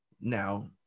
now